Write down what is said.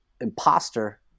imposter